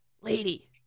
lady